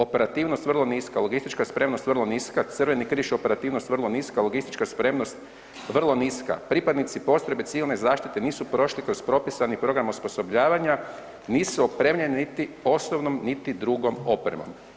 Operativnost vrlo niska, logistička spremnost vrlo niska, Crveni križ operativnost vrlo niska, logistička spremnost vrlo niska, pripadnici postrojbe civilne zaštite nisu prošli kroz propisani program osposobljavanja, nisu opremljeni niti osnovnom niti drugom opremom.